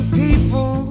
people